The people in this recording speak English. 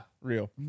Real